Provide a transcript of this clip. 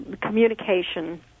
communication